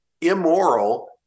immoral